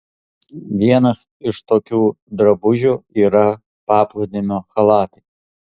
vienas iš tokių drabužių yra paplūdimio chalatai